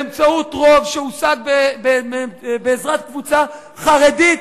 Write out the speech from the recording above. באמצעות רוב שהושג בעזרת קבוצה חרדית,